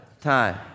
time